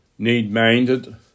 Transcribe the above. need-minded